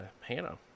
hannah